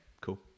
cool